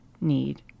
need